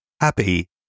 happy